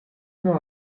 non